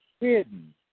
hidden